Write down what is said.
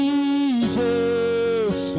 Jesus